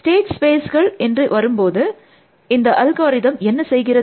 state ஸ்பேஸ்கள் என்று வரும்போது இந்த அல்காரிதம் என்ன செய்கிறது